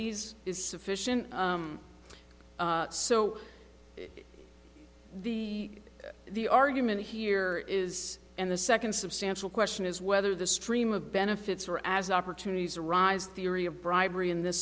these is sufficient so the the argument here is and the second substantial question is whether the stream of benefits or as opportunities arise theory of bribery